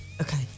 Okay